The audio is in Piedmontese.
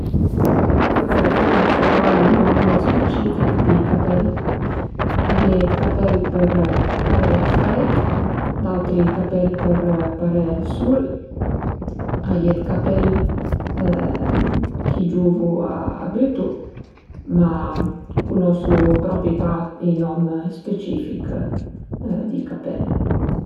Pürtrop cunosu pa i nom specifich di capèl, a ie 'd capèl për paré la freit, d'autri capèl per paré ël sul, a ie 'd capèl ch'i giuvu a bütu, ma cunosu propi pa i nom specifich di capèl